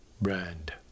Brand